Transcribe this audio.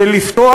ולפתוח